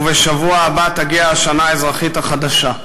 ובשבוע הבא תגיע השנה האזרחית החדשה.